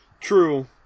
True